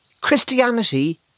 Christianity